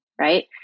right